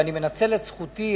ואני מנצל את זכותי,